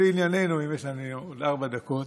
ולענייננו, אם יש לנו עוד ארבע דקות.